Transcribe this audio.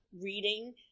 reading